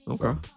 okay